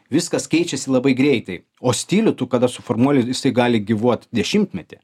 viskas keičiasi labai greitai o stilių tu kada suformuoji ir jisai gali gyvuot dešimtmetį